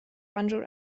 banjul